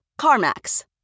CarMax